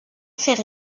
faire